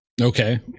Okay